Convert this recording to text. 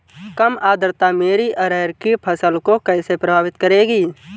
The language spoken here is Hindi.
कम आर्द्रता मेरी अरहर की फसल को कैसे प्रभावित करेगी?